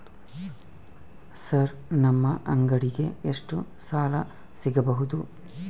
Sir ನಮ್ಮ ಅಂಗಡಿಗೆ ಎಷ್ಟು ಸಾಲ ಸಿಗಬಹುದು?